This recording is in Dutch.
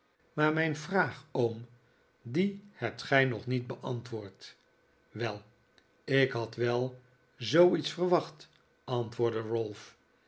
maar mijn vraag oom die hebt gij nog niet beantwoord wel ik had wel zooiets verwacht antwoordde